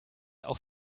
auch